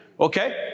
Okay